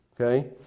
Okay